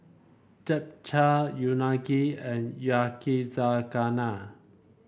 Japchae Unagi and Yakizakana